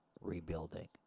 rebuilding